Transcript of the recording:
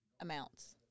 amounts